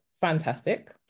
fantastic